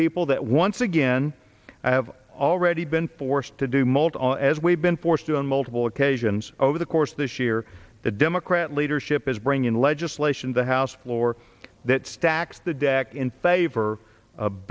people that once again i have already been forced to do multiple as we've been forced to on multiple occasions over the course of this year the democrat leadership is bringing legislation the house floor that stacks the deck in favor of